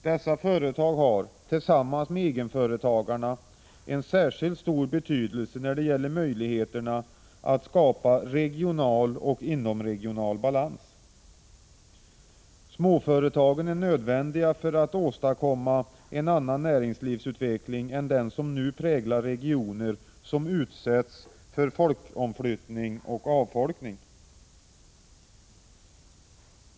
Dessa företag har, tillsammans med egenföretagarna, en särskilt stor betydelse när det gäller möjligheterna att skapa regional och inomregional balans. Småföretagen är nödvändiga för att åstadkomma en annan näringslivsutveckling än den som nu präglar regioner som utsätts för folkomflyttning och avfolkning.